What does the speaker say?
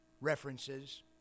references